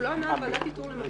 הוא לא ענה על הועדת איתור.